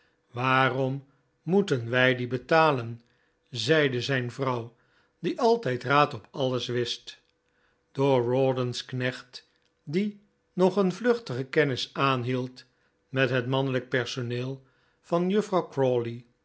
waarom moeten wij die betalen zeide zijn vrouw die altijd raad op alles wist door rawdon's knecht die nog een vluchtige kennis aanhield met het mannelijk personeel van juffrouw